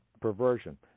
perversion